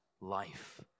life